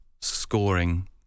scoring